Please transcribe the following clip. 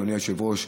אדוני היושב-ראש,